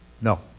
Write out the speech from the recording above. No